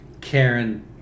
Karen